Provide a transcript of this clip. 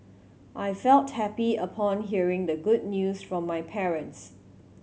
I felt happy upon hearing the good news from my parents